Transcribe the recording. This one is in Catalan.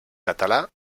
català